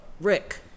Rick